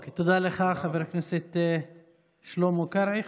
תודה לך, חבר הכנסת שלמה קרעי.